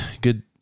good